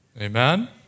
Amen